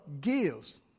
gives